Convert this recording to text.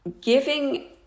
giving